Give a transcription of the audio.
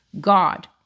God